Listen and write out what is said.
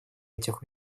этих